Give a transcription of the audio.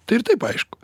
tai ir taip aišku